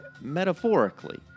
metaphorically